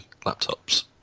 laptops